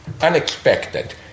unexpected